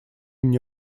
мне